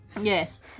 Yes